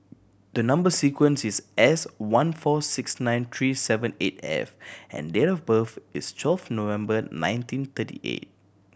the number sequence is S one four six nine three seven eight F and date of birth is twelfth November nineteen thirty eight